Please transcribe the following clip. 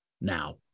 now